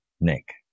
Nick